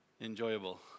enjoyable